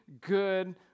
good